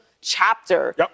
chapter